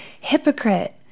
Hypocrite